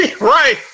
Right